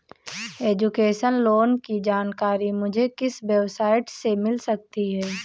Education loan की जानकारी मुझे किस वेबसाइट से मिल सकती है?